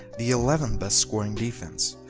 the eleventh best scoring defense.